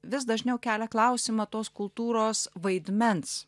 vis dažniau kelia klausimą tos kultūros vaidmens